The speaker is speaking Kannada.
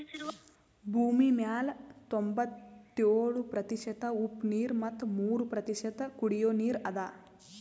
ಭೂಮಿಮ್ಯಾಲ್ ತೊಂಬತ್ಯೋಳು ಪ್ರತಿಷತ್ ಉಪ್ಪ್ ನೀರ್ ಮತ್ ಮೂರ್ ಪ್ರತಿಷತ್ ಕುಡಿಯೋ ನೀರ್ ಅದಾ